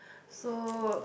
so